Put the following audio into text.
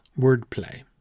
wordplay